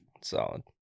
Solid